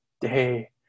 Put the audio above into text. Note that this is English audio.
day